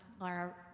Laura